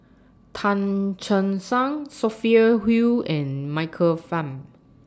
Tan Che Sang Sophia Hull and Michael Fam